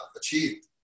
achieved